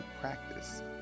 practice